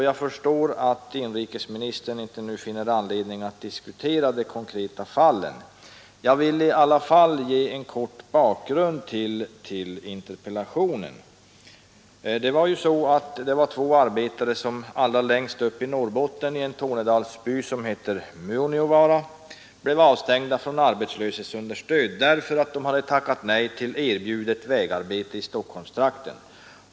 Jag förstår att inrikesministern inte nu finner anledning att diskutera de konkreta fallen, men jag vill i alla fall ge en kortfattad bakgrund till interpellationen. I Tornedalsbyn Muoniovaara allra längst uppe i Norrbotten blev två arbetare avstängda från arbetslöshetsunderstöd därför att de hade tackat nej till erbjudet vägarbete i Stockholmstrakten.